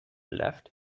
left